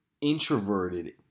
introverted